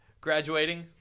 graduating